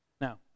Now